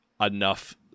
enough